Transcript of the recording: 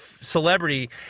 celebrity